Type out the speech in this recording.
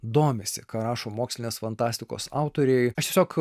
domisi ką rašo mokslinės fantastikos autoriai aš tiesiog